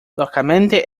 localmente